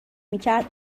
میکرد